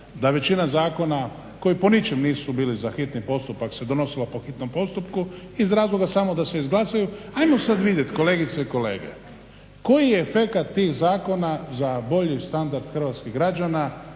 da većina zakona koji po ničem nisu bili za hitni postupak se donosilo po hitnom postupku, iz razloga samo da se izglasaju. Ajmo sad vidjet kolegice i kolege, koji je efekt tih zakona za bolji standard hrvatskih građana